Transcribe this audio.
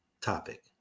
topic